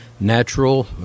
Natural